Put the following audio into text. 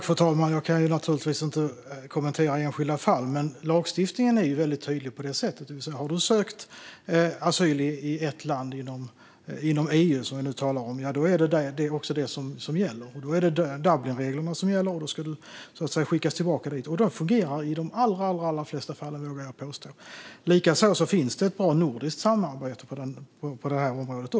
Fru talman! Jag kan naturligtvis inte kommentera enskilda fall, men lagstiftningen är tydlig: Har du sökt asyl i ett land inom EU, som vi nu talar om, är det också det som gäller. Då är det Dublinreglerna som gäller, och då ska du skickas tillbaka dit. Detta fungerar i de allra flesta fall, vågar jag påstå. Likaså finns det ett bra nordiskt samarbete på det här området.